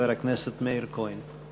חבר הכנסת מאיר כהן.